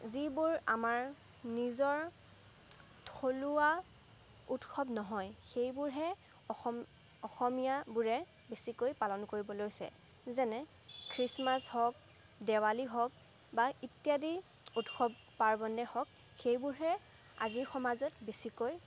যিবোৰ আমাৰ নিজৰ থলুৱা উৎসৱ নহয় সেইবোৰহে অসম অসমীয়াবোৰে বেছিকৈ পালন কৰিব লৈছে যেনে খ্ৰীষ্টমাছ হওক দেৱালী হওক বা ইত্যাদি উৎসৱ পাৰ্বণে হওক সেইবোৰহে আজিৰ সমাজত বেছিকৈ